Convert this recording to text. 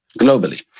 Globally